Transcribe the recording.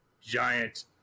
giant